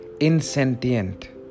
insentient